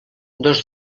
dos